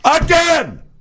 again